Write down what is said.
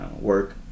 Work